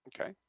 Okay